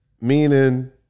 Meaning